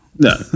No